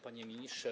Panie Ministrze!